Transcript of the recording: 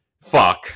Fuck